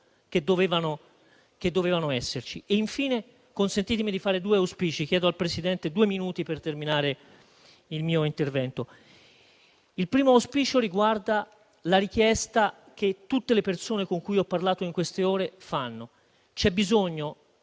che dovevano esserci. Consentitemi di fare due auspici, chiedendo al Presidente due minuti per terminare il mio intervento. Il primo auspicio riguarda la richiesta che fanno tutte le persone con cui ho parlato in queste ore: c'è bisogno